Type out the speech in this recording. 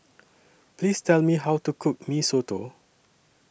Please Tell Me How to Cook Mee Soto